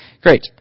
Great